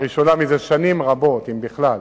לראשונה מזה שנים רבות, אם בכלל,